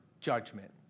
judgment